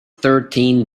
thirteen